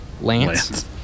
Lance